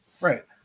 Right